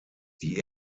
die